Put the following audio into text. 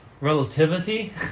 relativity